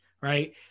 right